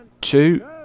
two